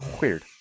Weird